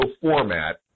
format